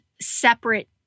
separate